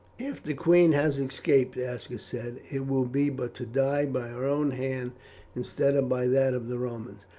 if the queen has escaped, aska said, it will be but to die by her own hand instead of by that of the romans.